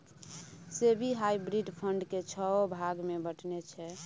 SEBI hybrid fund केँ छओ भाग मे बँटने छै